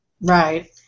Right